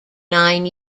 nine